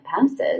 passes